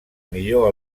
millor